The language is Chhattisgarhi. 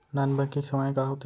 नॉन बैंकिंग सेवाएं का होथे?